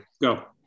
go